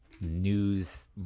news